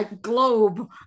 globe